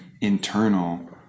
internal